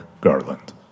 Garland